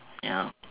ya